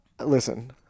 listen